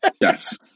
Yes